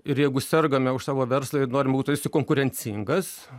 ir jeigu sergame už savo verslą ir norim būt tarsi konkurencingas